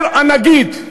אומר הנגיד: